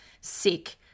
sick